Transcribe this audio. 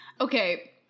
Okay